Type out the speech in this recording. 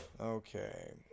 Okay